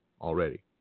already